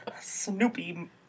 Snoopy